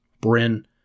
Bryn